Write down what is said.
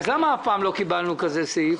אז למה אף פעם לא קיבלנו כזה סעיף?